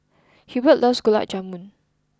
Hubert loves Gulab Jamun